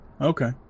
Okay